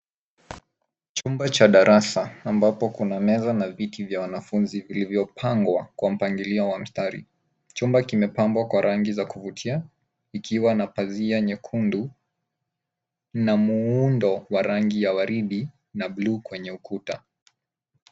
Chumba cha darasa ambapo kuna meza na viti vya wanafunzi vilivyopangwa kwa mpangilio wa mstari. Chumba kimepambwa kwa rangi za kuvutia, kikiwa na pazia nyekundu, na muundo wa rangi ya waridi na bluu kwenye ukuta.